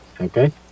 Okay